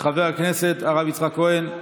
חבר הכנסת הרב יצחק כהן.